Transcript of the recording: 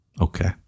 Okay